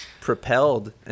propelled